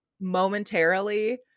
momentarily